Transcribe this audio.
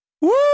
woo